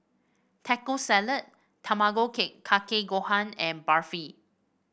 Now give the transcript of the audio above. Taco Salad Tamago Cake Kake Gohan and Barfi